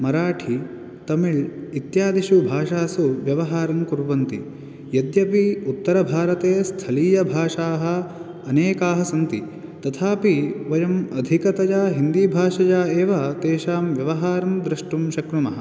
मराठि तमिळ् इत्यादिषु भाषासु व्यवहारं कुर्वन्ति यद्यपि उत्तरभारते स्थलीयभाषाः अनेकाः सन्ति तथापि वयं अधिकतया हिन्दीभाषया एव तेषां व्यवहारं द्रष्टुं शक्नुमः